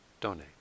donate